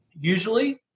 usually